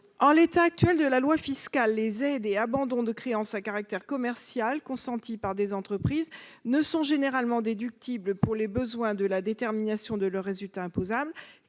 En l'état actuel de la loi fiscale, les aides et abandons de créances à caractère commercial consentis par des entreprises ne sont généralement déductibles pour les besoins de la détermination de leur résultat imposable